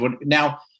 Now